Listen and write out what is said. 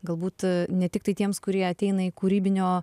galbūt ne tiktai tiems kurie ateina į kūrybinio